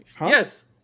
Yes